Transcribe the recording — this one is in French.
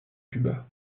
cuba